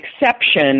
exception